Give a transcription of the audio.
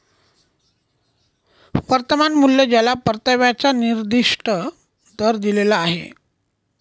वर्तमान मूल्य ज्याला परताव्याचा निर्दिष्ट दर दिलेला आहे